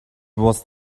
was